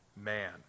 man